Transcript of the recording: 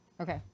Okay